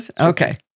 Okay